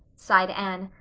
sighed anne.